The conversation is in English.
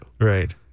Right